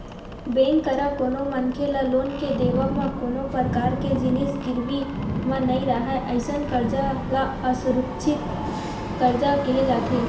bank करा कोनो मनखे ल लोन के देवब म कोनो परकार के जिनिस गिरवी म नइ राहय अइसन करजा ल असुरक्छित करजा केहे जाथे